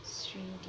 swede